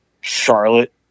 Charlotte